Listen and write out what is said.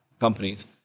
companies